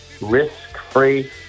risk-free